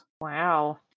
Wow